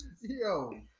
Yo